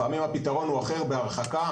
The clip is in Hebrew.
לפעמים הפתרון הוא אחר, בהרחקה.